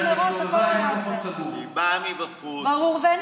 אומרת, בוא נדייק, היא הלכה עם מיקרופון אבל היא